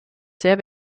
sehr